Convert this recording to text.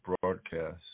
broadcast